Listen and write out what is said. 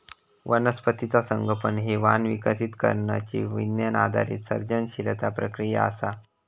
वनस्पतीचा संगोपन हे वाण विकसित करण्यची विज्ञान आधारित सर्जनशील प्रक्रिया असा